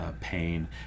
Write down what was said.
pain